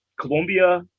Colombia